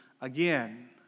again